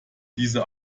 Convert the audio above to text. diese